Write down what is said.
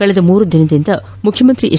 ಕಳೆದ ಮೂರು ದಿನಗಳಿಂದ ಮುಖ್ಯಮಂತ್ರಿ ಎಚ್